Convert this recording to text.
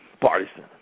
partisan